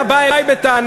היה בא אלי בטענה,